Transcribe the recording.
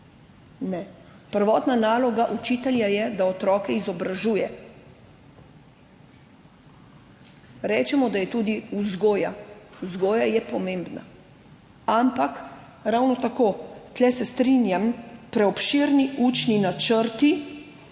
Ne. Prvotna naloga učitelja je, da otroke izobražuje. Rečemo, da je tudi vzgoja. Vzgoja je pomembna, ampak ravno tako, tu se strinjam, preobširni učni načrti